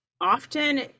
often